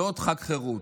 זה עוד חג חירות,